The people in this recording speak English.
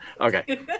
Okay